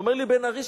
הוא אומר לי: בן-ארי,